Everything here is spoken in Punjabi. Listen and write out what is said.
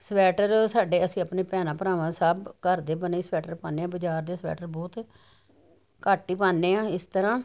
ਸਵੈਟਰ ਅਸੀਂ ਸਾਡੇ ਭੈਣਾਂ ਭਰਾਵਾਂ ਸਭ ਘਰ ਦੇ ਬਣੇ ਸਵੈਟਰ ਪਾਨੇ ਆਂ ਬਜਾਰ ਦੇ ਸਵੈਟਰ ਬਹੁਤ ਘੱਟ ਈ ਪਾਨੇ ਆਂ ਇਸ ਤਰ੍ਹਾਂ